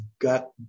got